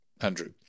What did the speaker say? andrew